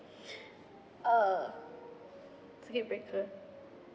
uh circuit breaker